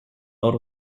out